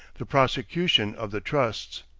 the prosecution of the trusts.